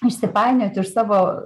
išsipainioti iš savo